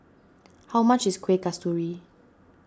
how much is Kueh Kasturi